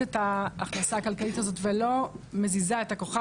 את ההכנסה הכלכלית הזאת ולא מזיזה את ה"כוכב".